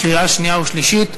קריאה שנייה ושלישית.